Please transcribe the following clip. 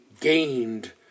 gained